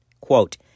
Quote